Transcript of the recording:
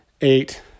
eight